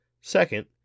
Second